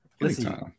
listen